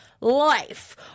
life